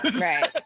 Right